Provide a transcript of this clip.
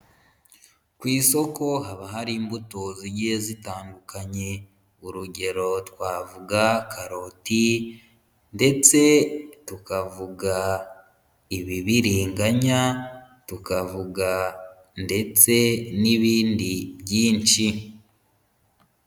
Ku isoko haba hari imbuto zigiye zitandukanye, urugero twavuga karoti ndetse tukavuga ibibiriganya, tukavuga ndetse n'ibindi byinshi.